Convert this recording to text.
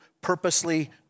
purposely